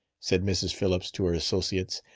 said mrs. phillips to her associates,